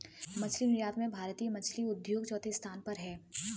मछली निर्यात में भारतीय मछली उद्योग चौथे स्थान पर है